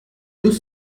deux